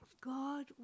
God